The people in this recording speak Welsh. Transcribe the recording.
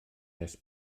nes